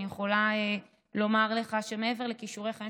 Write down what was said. אני יכולה לומר לך שמעבר לכישורי חיים,